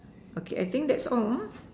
okay I think that's all ah